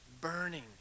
burning